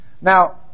Now